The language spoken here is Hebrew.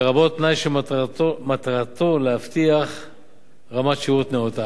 לרבות תנאי שמטרתו להבטיח רמת שירות נאותה.